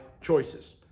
choices